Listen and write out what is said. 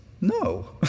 No